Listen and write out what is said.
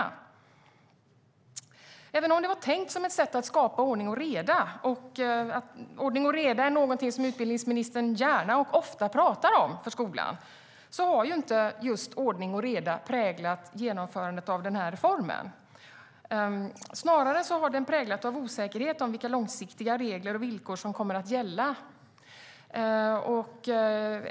Även om införandet av legitimationen var tänkt som ett sätt att skapa ordning och reda - ordning och reda i skolan är något som utbildningsministern gärna och ofta pratar om - har inte just ordning och reda präglat genomförandet av reformen. Snarare har den präglats av osäkerhet om vilka långsiktiga regler och villkor som kommer att gälla.